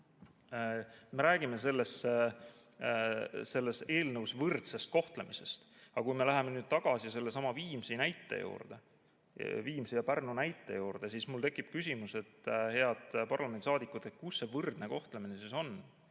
Me räägime selles eelnõus võrdsest kohtlemisest, aga kui me läheme nüüd tagasi sellesama Viimsi ja Pärnu näite juurde, siis mul tekib küsimus, head parlamendisaadikud, kus see võrdne kohtlemine siis on.